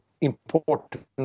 important